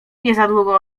niezadługo